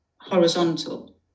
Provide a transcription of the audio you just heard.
horizontal